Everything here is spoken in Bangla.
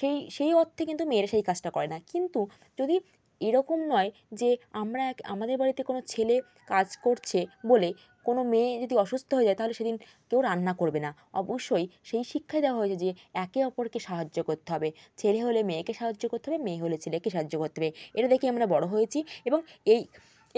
সেই সেই অর্থে কিন্তু মেয়েরা সেই কাজটা করে না কিন্তু যদি এরকম নয় যে আমরা এক আমাদের বাড়িতে কোনও ছেলে কাজ করছে বলে কোনও মেয়ে যদি অসুস্থ হয়ে যায় তাহলে সেদিন কেউ রান্না করবে না অবশ্যই সেই শিক্ষাই দেওয়া হয়েছে যে একে অপরকে সাহায্য করতে হবে ছেলে হলে মেয়েকে সাহায্য করতে হবে মেয়ে হলে ছেলেকে সাহায্য করতে হবে এটা দেখে আমরা বড় হয়েছি এবং এই